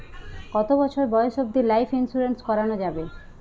কতো বছর বয়স অব্দি লাইফ ইন্সুরেন্স করানো যাবে?